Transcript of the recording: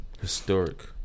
Historic